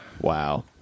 Wow